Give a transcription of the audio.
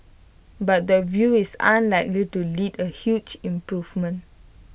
but the view is unlikely to lead A huge improvement